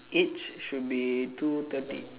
each should be two thirty